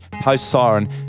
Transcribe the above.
post-siren